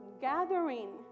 gathering